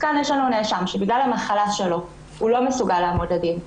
כאן יש לנו נאשם שבגלל המחלה שלו לא מסוגל לעמוד לדין,